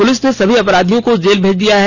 police ने सभी अपराधियों को जेल भेज दिया है